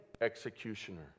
executioner